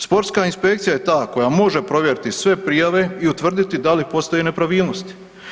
Sportska inspekcija je ta koja može provjeriti sve prijave i utvrditi da li postoje nepravilnosti.